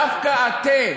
דווקא אתם,